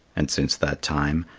and since that time,